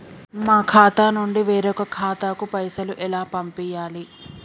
మా ఖాతా నుండి వేరొక ఖాతాకు పైసలు ఎలా పంపియ్యాలి?